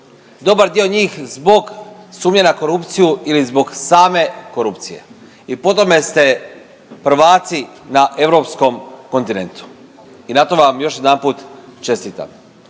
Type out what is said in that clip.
dobar dio njih zbog sumnje na korupciju ili zbog same korupcije i po tome ste prvaci na Europskom kontinentu i na tom vam još jedanput čestitam.